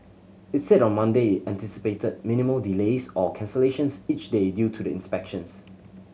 it said on Monday it anticipated minimal delays or cancellations each day due to the inspections